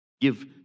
Give